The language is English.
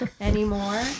anymore